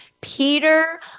Peter